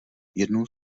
jednou